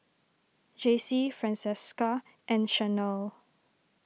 Jacey Francesca and Shanelle